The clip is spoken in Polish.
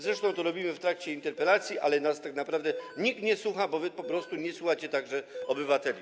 Zresztą to robimy w ramach interpelacji, ale nas tak naprawdę nikt nie słucha, bo wy po prostu nie słuchacie także obywateli.